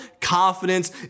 confidence